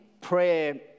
prayer